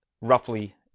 roughly